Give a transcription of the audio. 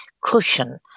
cushion